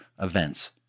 Events